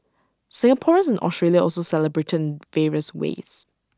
Singaporeans in Australia also celebrated in various ways